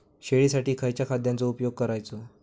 शेळीसाठी खयच्या खाद्यांचो उपयोग करायचो?